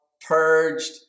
purged